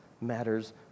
matters